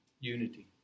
Unity